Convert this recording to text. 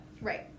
Right